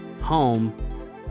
Home